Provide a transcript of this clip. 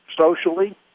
socially